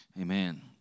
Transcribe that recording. Amen